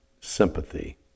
sympathy